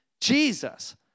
Jesus